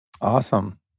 Awesome